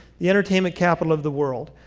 the entertainment capital of the world,